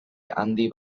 handi